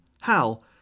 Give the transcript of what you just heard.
Hal